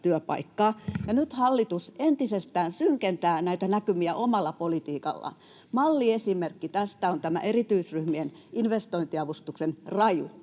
ja nyt hallitus entisestään synkentää näitä näkymiä omalla politiikallaan. Malliesimerkki tästä on tämä erityisryhmien investointiavustuksen raju,